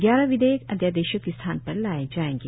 ग्यारह विधेयक अध्यादेशों के स्थान पर लाए जाएंगे